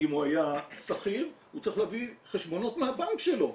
אם הוא היה שכיר הוא צריך להביא חשבונות מהבנק שלו,